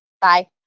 Bye